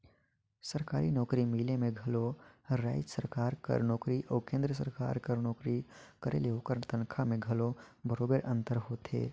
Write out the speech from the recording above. सरकारी नउकरी मिले में घलो राएज सरकार कर नोकरी अउ केन्द्र सरकार कर नोकरी करे ले ओकर तनखा में घलो बरोबेर अंतर होथे